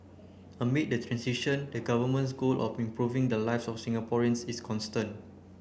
amid the transition the Government's goal of improving the lives of Singaporeans is constant